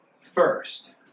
First